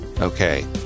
Okay